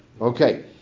Okay